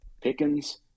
Pickens